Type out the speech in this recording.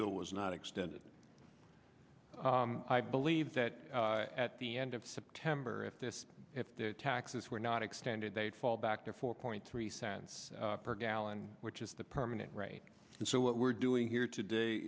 bill was not extended i believe that at the end of september if this if their taxes were not extended they'd fall back to four point three cents per gallon which is the permanent right and so what we're doing here today